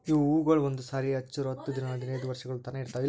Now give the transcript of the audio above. ಇವು ಹೂವುಗೊಳ್ ಒಂದು ಸಾರಿ ಹಚ್ಚುರ್ ಹತ್ತು ಹದಿನೈದು ವರ್ಷಗೊಳ್ ತನಾ ಇರ್ತಾವ್